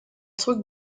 truc